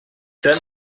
then